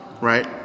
right